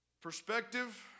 Perspective